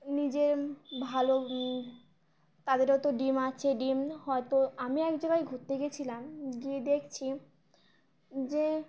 নিজের ভালো তাদেরও তো ডিম আছে ডিম হয়তো আমি এক জায়গায় ঘুরতে গিয়েছিলাম গিয়ে দেখছি যে